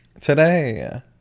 today